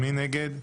מי נגד?